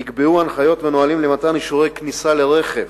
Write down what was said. נקבעו הנחיות ונהלים למתן אישורי כניסה ברכב,